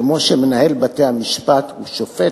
כמו שמנהל בתי-המשפט הוא שופט,